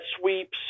sweeps